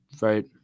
right